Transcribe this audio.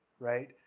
Right